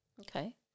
Okay